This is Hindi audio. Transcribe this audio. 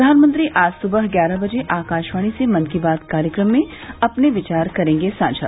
प्रधानमंत्री आज सुबह ग्यारह बजे आकाशवाणी से मन की बात कार्यक्रम में अपने विचार करेंगे साझा